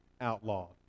outlawed